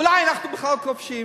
אולי אנחנו בכלל כובשים?